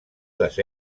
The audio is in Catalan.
les